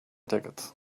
ticket